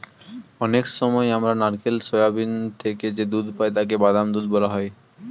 অনেক সময় আমরা নারকেল, সোয়াবিন থেকে যে দুধ পাই তাকে বাদাম দুধ বলা হয়